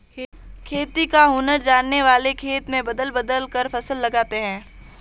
खेती का हुनर जानने वाले खेत में बदल बदल कर फसल लगाते हैं